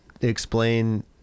explain